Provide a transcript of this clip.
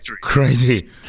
Crazy